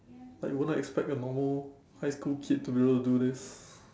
like you wouldn't expect your normal high school kid to be able to do this